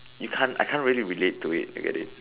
you can't I can't really relate to it you get it